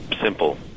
simple